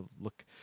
look –